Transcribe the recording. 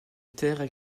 terres